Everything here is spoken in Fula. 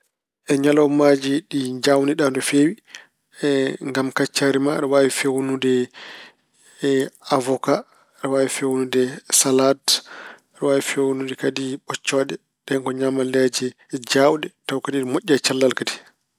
E ñalawmaaji ɗi njaawniɗa no feewi ngam kacitari ma, aɗa waawi feewnude awoka, aɗa feewnude, salaat, aɗa waawi feewnude kadi ɓoccooɗe. Ɗeen ko ñaamalleeji jaawɗe, taw kadi ine moƴƴi e cellal kadi.